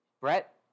Brett